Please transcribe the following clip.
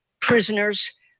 prisoners